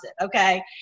okay